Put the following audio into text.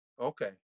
Okay